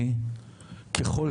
בוקר טוב.